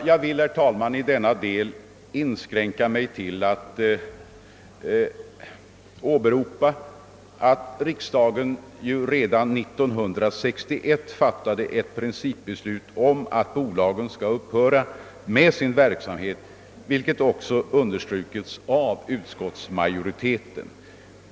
Jag vill, herr talman, i denna del inskränka mig till att åberopa att riksdagen redan 1961 fattade ett principbeslut om att bolagen skulle upphöra med sin verksamhet, vilket också understrukits av utskottsmajoriteten.